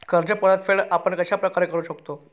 कर्ज परतफेड आपण कश्या प्रकारे करु शकतो?